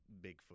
bigfoot